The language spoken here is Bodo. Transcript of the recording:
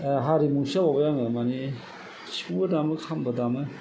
हारिमुनिसो जाबावबाय आङो माने सिफुंबो दामो खामबो दामो